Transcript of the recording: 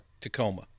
Tacoma